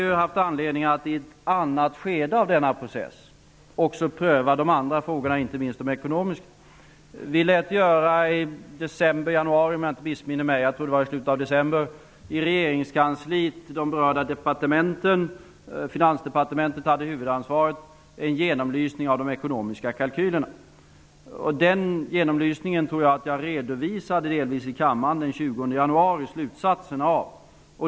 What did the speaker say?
Vi har i ett annat skede av denna process haft anledning att pröva också de andra frågorna, inte minst de ekonomiska. I slutet av december lät regeringskansliet de berörda departementen -- Finansdepartementet hade huvudansvaret -- göra en genomlysning av de ekonomiska kalkylerna. Slutsatserna av den redovisningen tror jag att jag delvis redovisade i kammaren den 20 januari.